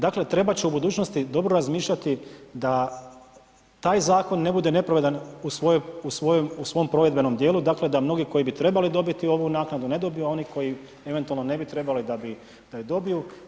Dakle trebat će u budućnosti dobro razmišljati da taj zakon ne bude nepravedan u svojom provedbenom dijelu, dakle da mnogi koji bi trebali dobiti ovu naknadu, ne dobiju, a oni koji eventualno ne bi trebali, da bi, da je dobiju.